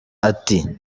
ati